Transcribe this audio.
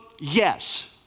yes